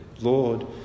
Lord